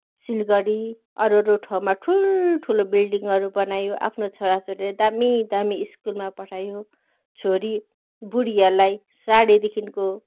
सिलगढी अरूहरू ठाउँमा ठुल्ठुलो बिल्डिङहरू बनायो आफ्नो छोरा छोरीलाई दामी दामी स्कुलमा पठायो छोरी बुढीहरूलाई साडीदेखिको